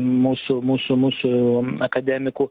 mūsų mūsų mūsų akademikų